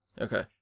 Okay